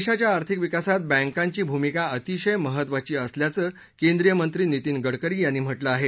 देशाच्या आर्थिक विकासात बँकांची भूमिका अतिशय महत्त्वाची असल्याचं केंद्रीय मंत्री नितीन गडकरी यांनी म्हटलं आहे